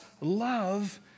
love